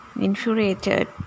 infuriated